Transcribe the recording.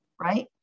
right